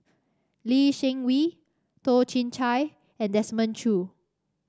Lee Seng Wee Toh Chin Chye and Desmond Choo